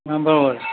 હા બસ